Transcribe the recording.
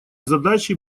задачи